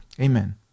Amen